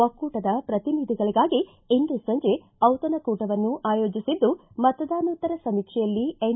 ಒಕ್ಕೂಟದ ಪ್ರತಿನಿಧಿಗಳಿಗಾಗಿ ಇಂದು ಸಂಜೆ ದಿತಣಕೂಟವನ್ನು ಆಯೋಜಿಸಿದ್ದು ಮತದಾನೋತ್ತರ ಸಮೀಕ್ಷೆಯಲ್ಲಿ ಎನ್